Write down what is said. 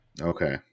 okay